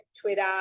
twitter